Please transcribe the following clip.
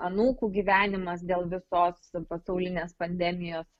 anūkų gyvenimas dėl visos pasaulinės pandemijos